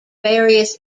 various